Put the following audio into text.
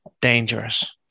dangerous